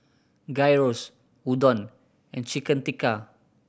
Gyros Udon and Chicken Tikka